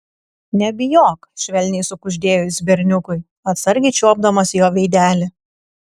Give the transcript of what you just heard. nebijok švelniai sukuždėjo jis berniukui atsargiai čiuopdamas jo veidelį